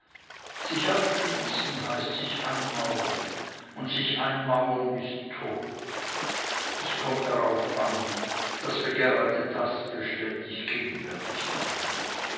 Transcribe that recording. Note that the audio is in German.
sich abschließen heißt sich einmauern und sich einmauern ist tod es kommt darauf an daß wir gerade das beständig gegenwärtig haben